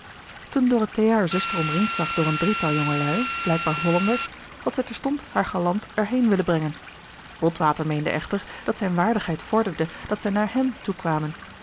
toen dorothea hare zuster omringd zag door een drietal jongelui blijkbaar hollanders had zij terstond haar galant er heen willen brengen botwater meende echter dat zijne waardigheid vorderde dat zij naar hem toekwamen